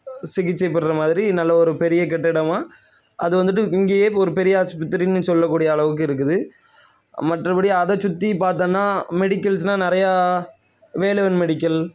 சிகிச்சை பெறுகிற மாதிரி நல்ல ஒரு பெரிய கட்டிடமாக அது வந்துட்டு இங்கையே ஒரு பெரிய ஆஸ்பத்திரினு சொல்லக்கூடிய அளவுக்கு இருக்குது மற்றபடி அதை சுற்றி பார்த்தோன்னா மெடிக்கல்ஸ்லாம் நிறையா வேலவன் மெடிக்கல்